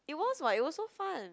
it was [what] it was so fun